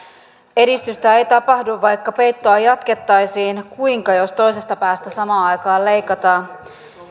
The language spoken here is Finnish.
edistystä ei tapahdu vaikka peittoa jatkettaisiin kuinka jos toisesta päästä samaan aikaan leikataan